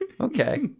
Okay